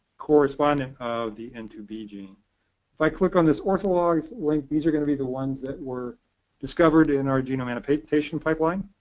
correspondent of the n two b. if if i click on this ortholog link, these are going to be the ones that were discovered in our genome annotation pipeline.